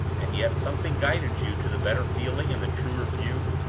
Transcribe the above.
and yet something guided you to the better feeling and the truer view?